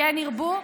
כן ירבו.